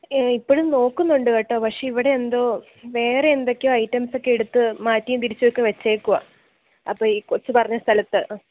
ഇപ്പോഴും നോക്കുന്നുണ്ട് കേട്ടോ പക്ഷേ ഇവിടെ എന്തോ വേറെ എന്തൊക്കെ ഐറ്റംസൊക്കെ എടുത്ത് മാറ്റിയും തിരിച്ചും ഒക്കെ വച്ചേക്കുവാണ് അപ്പോൾ ഈ കൊച്ച് പറഞ്ഞ സ്ഥലത്ത്